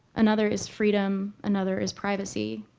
another is freedom, another is privacy.